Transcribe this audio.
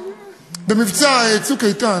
אז קודם